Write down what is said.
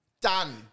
Done